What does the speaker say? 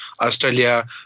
Australia